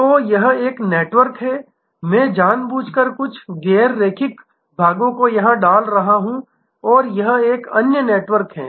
तो यह एक नेटवर्क है मैं जानबूझकर कुछ गैर रैखिक भागों को यहां डाल रहा हूं और यह एक अन्य नेटवर्क है